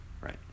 Right